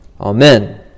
Amen